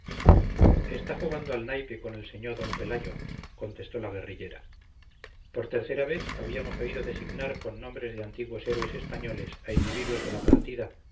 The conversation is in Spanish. está jugando al naipe con el señó d pelayo contestó la guerrillera por tercera vez habíamos oído designar con nombres de antiguos héroes españoles a individuos de la partida